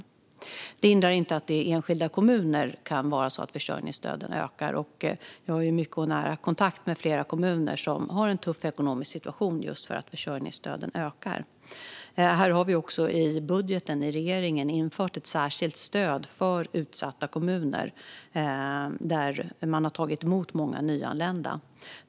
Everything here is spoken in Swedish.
Detta hindrar inte att försörjningsstöden kan komma att öka i enskilda kommuner. Jag har nära kontakt med flera kommuner som har en tuff ekonomisk situation just för att försörjningsstöden ökar. I regeringens budget har vi också infört ett särskilt stöd för utsatta kommuner som har tagit emot många nyanlända.